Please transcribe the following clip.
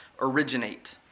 originate